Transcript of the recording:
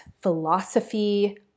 philosophy